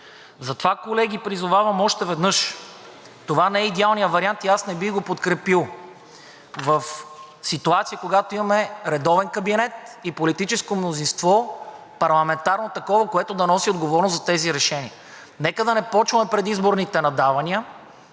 Затова, колеги, призовавам още веднъж, това не е идеалният вариант и аз не бих го подкрепил в ситуация, когато имаме редовен кабинет и политическо мнозинство, парламентарно такова, което да носи отговорност за тези решения. Нека да не започваме предизборните наддавания